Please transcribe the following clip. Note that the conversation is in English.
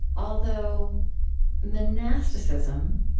although monasticism,